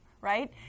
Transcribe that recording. right